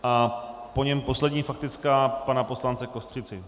A po něm poslední faktická pana poslance Kostřici.